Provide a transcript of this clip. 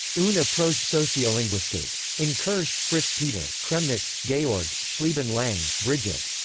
une approche sociolinguistique. in kirsch, fritz peter kremnitz, georg schlieben-lange, brigitte.